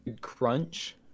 crunch